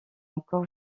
encore